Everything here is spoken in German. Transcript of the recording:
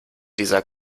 dieser